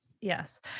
Yes